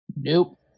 Nope